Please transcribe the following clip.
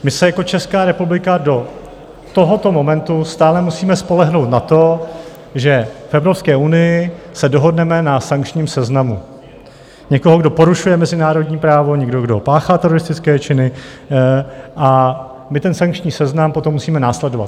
My se jako Česká republika do tohoto momentu stále musíme spolehnout na to, že v Evropské unii se dohodneme na sankčním seznamu někoho, kdo porušuje mezinárodní právo, kdo páchá teroristické činy, a my ten sankční seznam potom musíme následovat.